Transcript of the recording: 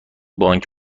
بانک